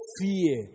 fear